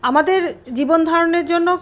আমাদের জীবন ধারণের জন্য